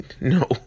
No